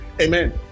Amen